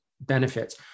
benefits